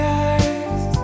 eyes